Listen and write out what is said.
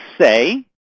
say